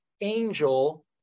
angel